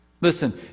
Listen